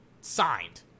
Signed